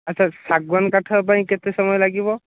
ଆଚ୍ଛା ଶାଗୁଆନ କାଠ ପାଇଁ କେତେ ସମୟ ଲାଗିବ